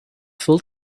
full